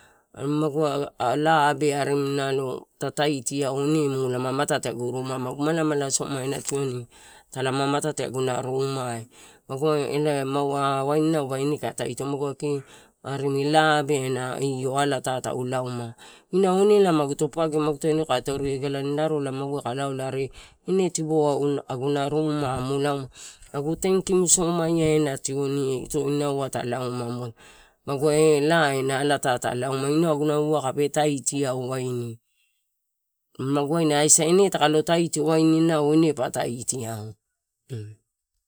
Ah magua laa abea arimi nalo ta taitiau unimu la matate agu ruma magu malamala soma ena tioni. agunarumai magu a elae waini inaoba ine kae taitio arimi laa bea ena alatae ita tau lauma. Inau ine la magu to papagio magutoua ine kae torio igalan narola magua kae laola are ine tibou aguna ruma mu lauma, magu tenkimu somaionena tioni eh. Ito inau ai ta lauma. Magua eh laa ena alatae ta lauma pe taitiau waini magu waina aisa ine takalo taitio ine inau pa taitiau.